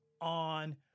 on